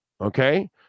okay